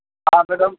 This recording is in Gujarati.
હા મેડમ